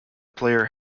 player